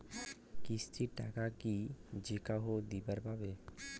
কিস্তির টাকা কি যেকাহো দিবার পাবে?